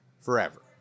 forever